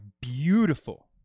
beautiful